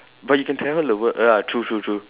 but you can travel the world ya true true true